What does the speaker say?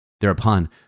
Thereupon